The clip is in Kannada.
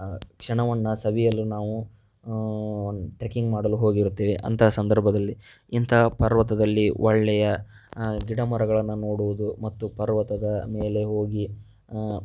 ಕ್ಷಣವನ್ನು ಸವಿಯಲು ನಾವು ಟ್ರೆಕಿಂಗ್ ಮಾಡಲು ಹೋಗಿರುತ್ತೇವೆ ಅಂಥ ಸಂದರ್ಭದಲ್ಲಿ ಇಂಥ ಪರ್ವತದಲ್ಲಿ ಒಳ್ಳೆಯ ಗಿಡ ಮರಗಳನ್ನ ನೋಡುವುದು ಮತ್ತು ಪರ್ವತದ ಮೇಲೆ ಹೋಗಿ